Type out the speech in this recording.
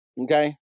Okay